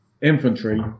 infantry